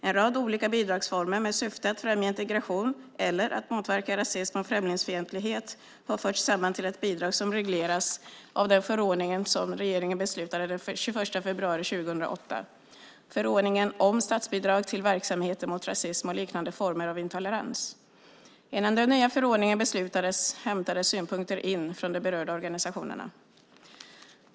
En rad olika bidragsformer med syfte att främja integration eller att motverka rasism och främlingsfientlighet har förts samman till ett bidrag som regleras av den förordning som regeringen beslutade den 21 februari 2008, Förordningen om statsbidrag till verksamheter mot rasism och liknande former av intolerans. Innan den nya förordningen beslutades hämtades synpunkter in från de berörda organisationerna.